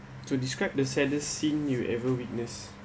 to describe the saddest scene you ever witness